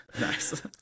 Nice